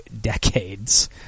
decades